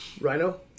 Rhino